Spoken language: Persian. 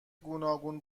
گوناگون